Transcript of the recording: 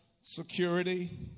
security